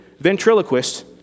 ventriloquist